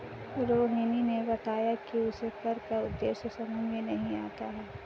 रोहिणी ने बताया कि उसे कर का उद्देश्य समझ में नहीं आता है